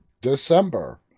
December